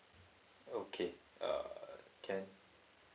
okay uh can